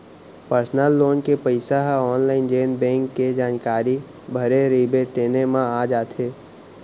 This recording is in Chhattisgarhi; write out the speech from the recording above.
पर्सनल लोन के पइसा ह आनलाइन जेन बेंक के जानकारी भरे रइबे तेने म आ जाथे